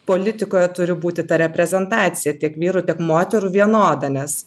politikoje turi būti ta reprezentacija tiek vyrų tiek moterų vienoda nes